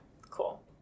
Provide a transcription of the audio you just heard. Cool